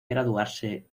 graduarse